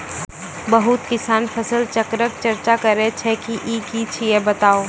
बहुत किसान फसल चक्रक चर्चा करै छै ई की छियै बताऊ?